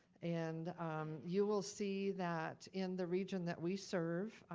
and you will see that in the region that we serve,